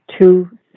two